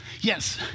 Yes